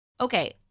Okay